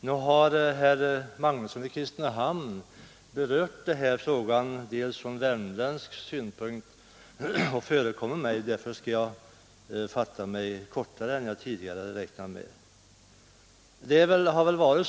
Nu har herr Magnusson i Kristinehamn redan berört den här frågan från värmländsk synpunkt och förekommit mig, och därför skall jag fatta mig kortare än jag tidigare hade räknat med att göra.